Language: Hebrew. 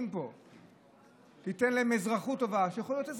אישה שאוכלת,